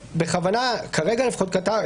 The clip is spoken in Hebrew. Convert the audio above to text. שעוד נשארו פתוחות כמובן להכרעת הוועדה.